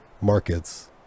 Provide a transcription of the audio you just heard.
markets